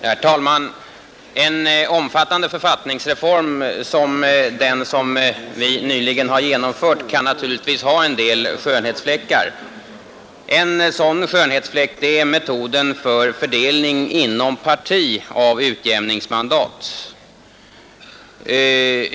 Herr talman! En omfattande författningsreform som den som vi nyligen har genomfört kan naturligtvis ha en del skönhetsfläckar. En sådan skönhetsfläck är metoden för fördelning inom parti av utjämningsmandat.